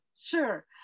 Sure